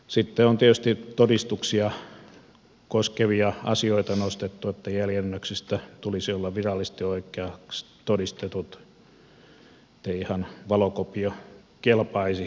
sitten on tietysti todistuksia koskevia asioita nostettu että jäljennösten tulisi olla virallisesti oikeiksi todistetut ettei ihan valokopio kelpaisi pelkästään